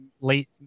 late